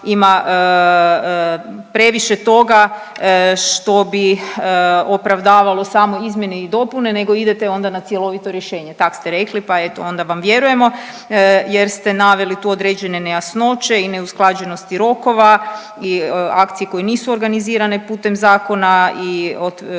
ima previše toga što bi opravdavalo samo izmjene i dopune nego idete onda na cjelovito rješenje, tak ste rekli pa eto onda vam vjerujemo jer ste naveli tu određene nejasnoće i neusklađenosti rokova i akcije koje nisu organizirane putem zakona i niz